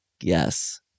Yes